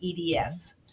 EDS